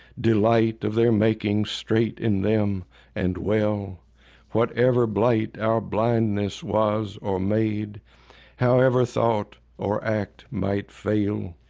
delight of their making straight in them and well whatever blight our blindness was or made however thought or act might fail